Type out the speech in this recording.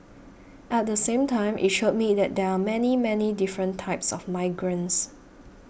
at the same time it showed me that there are many many different types of migrants